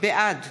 בעד